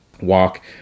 Walk